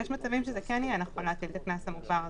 כי יש מצבים שכן יהיה נכון להטיל את הקנס המוגבר הזה.